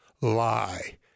lie